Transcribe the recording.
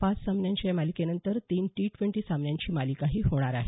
पाच सामन्यांच्या या मालिकेनंतर तीन टी ट्वेंटी सामन्यांची मालिकाही होणार आहे